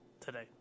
today